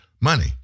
money